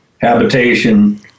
habitation